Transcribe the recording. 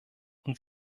und